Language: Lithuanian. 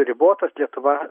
ribotas lietuva